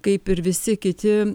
kaip ir visi kiti